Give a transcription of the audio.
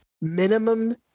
minimum